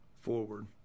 forward